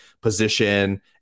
position